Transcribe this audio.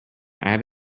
have